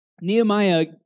Nehemiah